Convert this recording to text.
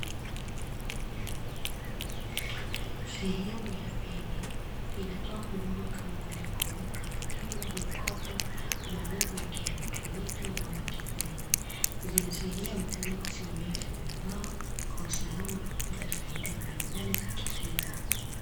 Sehemu ya benki inatoa huduma kama vile: kuweka akiba, mikopo, malipo ya kielektroniki na uwekezaji. Zinasaidia wateja kusimamia fedha zao kwa usalama na kupata faida mbalimbali za kifedha.